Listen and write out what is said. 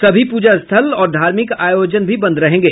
सभी पूजा स्थल और धार्मिक आयोजन भी बंद रहेंगे